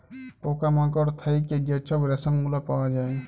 পকা মাকড় থ্যাইকে যে ছব রেশম গুলা পাউয়া যায়